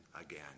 again